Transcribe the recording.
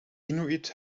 inuit